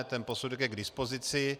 Ten posudek je k dispozici.